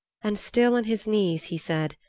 and still on his knees he said,